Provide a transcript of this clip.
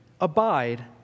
abide